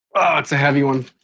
it's a heavy one